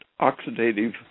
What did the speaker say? oxidative